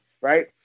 right